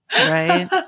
right